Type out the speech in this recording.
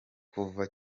kuva